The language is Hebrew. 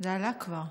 זה כבר עלה.